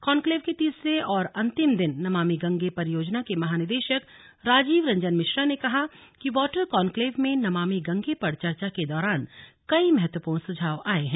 conclave के तीसरे और अंतिम दिन नमामि गंगे परियोजना के महानिदेशक राजीव रंजन मिश्रा ने कहा कि वॉटर कॉन्क्लेव में नमामि गंगे पर चर्चा के दौरान कई महत्वपूर्ण सुझाव आए हैं